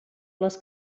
les